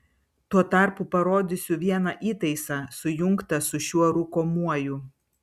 tuo tarpu parodysiu vieną įtaisą sujungtą su šiuo rūkomuoju